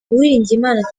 uwiringiyimana